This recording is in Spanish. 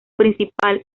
principal